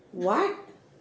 what